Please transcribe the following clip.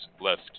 left